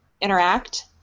interact